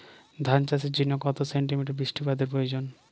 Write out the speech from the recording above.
ধান চাষের জন্য কত সেন্টিমিটার বৃষ্টিপাতের প্রয়োজন?